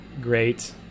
great